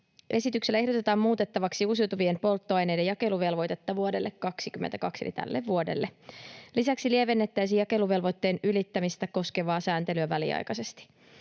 Esityksellä ehdotetaan muutettavaksi uusiutuvien polttoaineiden jakeluvelvoitetta vuodelle 22 eli tälle vuodelle. Lisäksi lievennettäisiin jakeluvelvoitteen ylittämistä koskevaa sääntelyä väliaikaisesti.